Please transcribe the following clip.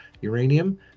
uranium